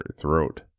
throat